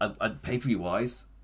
pay-per-view-wise